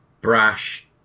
brash